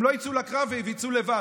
הם לא יצאו לקרב ויצאו לבד.